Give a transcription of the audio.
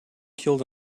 killed